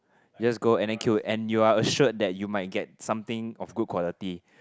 you just go and then queue and you are assured that you might get something of good quality